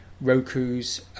Roku's